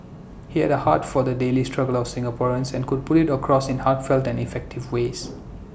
he had A heart for the daily struggles of Singaporeans and could put IT across in heartfelt and effective ways